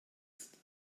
ist